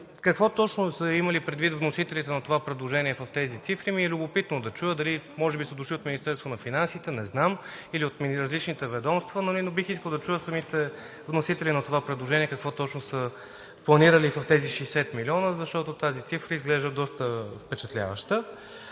Какво точно са имали предвид вносителите на това предложение в тези цифри сега ми е любопитно да чуя – дали са дошли от Министерството на финансите, не знам, или от различните ведомства, но бих искал да чуя самите вносители на това предложение какво са планирали в тези 60 милиона? Тази цифра изглежда доста впечатляваща.